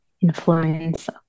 influence